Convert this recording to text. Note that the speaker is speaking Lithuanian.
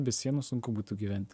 be sienų sunku būtų gyventi